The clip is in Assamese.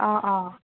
অ অ